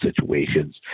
situations